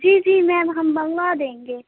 جی جی میم ہم منگوا دیں گے